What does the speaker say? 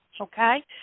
okay